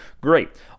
Great